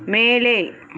மேலே